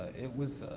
it was